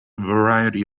variety